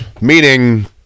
meaning